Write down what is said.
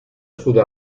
scudo